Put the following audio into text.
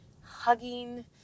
hugging